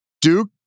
Duke